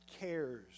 cares